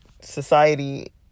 society